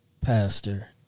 Pastor